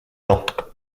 temps